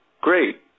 Great